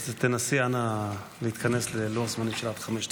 תנסי, אנא, להתכנס ללוח זמנים של עד חמש דקות.